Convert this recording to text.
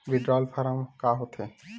Withdrawal form का होथे?